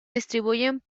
distribuyen